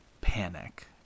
panic